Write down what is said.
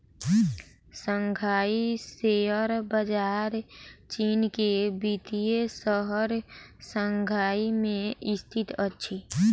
Shanghai share बजार चीन के वित्तीय शहर शंघाई में स्थित अछि